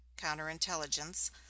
counterintelligence